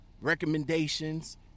recommendations